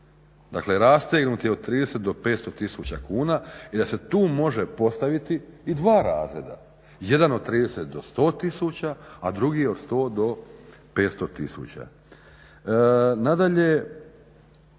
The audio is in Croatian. Dakle, rastegnut je od 30 do 500 tisuća kuna. I da se tu može postaviti i dva razreda. Jedan od 30 do 100 tisuća, a drugi od 100 do 500 tisuća.